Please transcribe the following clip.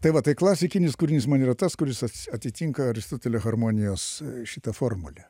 tai va tai klasikinis kūrinys man yra tas kuris atitinka aristotelio harmonijos šitą formulę